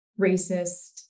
racist